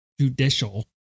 judicial